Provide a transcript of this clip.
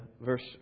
verse